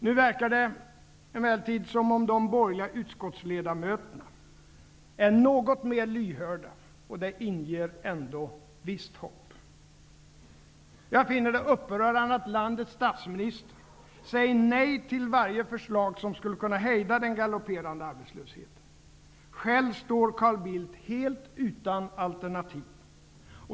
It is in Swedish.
Nu verkar det emellertid som om de borgerliga utskottsledamöterna är något mer lyhörda, och det inger ändå visst hopp. Jag finner det upprörande att landets statsminister säger nej till varje förslag som skulle kunna hejda den galopperande arbetslösheten. Själv står Carl Bildt helt utan alternativ.